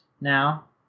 now